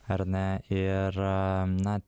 ar ne ir na